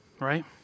right